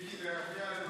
אין מתנגדים, אין